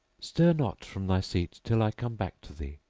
stir not from thy seat till i come back to thee.